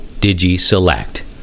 digi-select